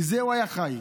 מזה הוא היה חי.